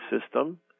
system